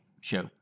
show